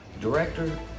director